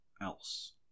else